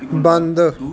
ਬੰਦ